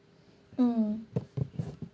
mm